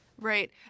Right